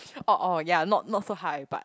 orh orh ya not not so high but